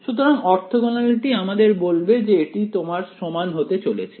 সুতরাং অর্থগণালিটি আমাদের বলবে যে এটি তোমার সমান হতে চলেছে